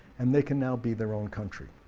and they can now be their own country.